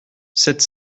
sept